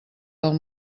del